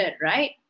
right